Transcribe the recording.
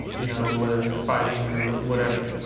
you know, whether it's fighting or whatever.